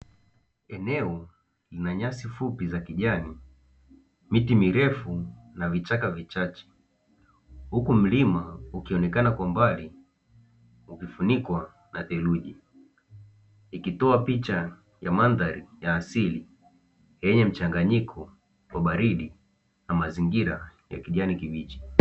Eneo lina nyasi fupi za kijani, miti mirefu, na vichaka vichache, huku mlima ukionekana kwa mbali ukifunikwa na theluji, ikitoa picha ya mandhari ya asili yenye mchanganyiko wa baridi na mazingira ya kijani kibichi.